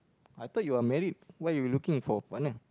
I thought you are married why you looking for a partner